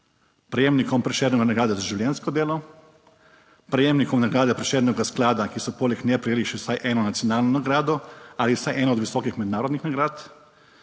prejemnikom Prešernove nagrade za življenjsko delo, prejemnikom nagrade Prešernovega sklada, ki so poleg nje prejeli še vsaj eno nacionalno nagrado ali vsaj eno od visokih mednarodnih nagrad,